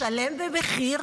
לשלם במחיר.